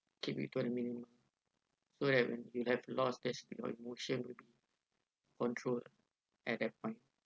keep you turning so that you have lost emotion control at that point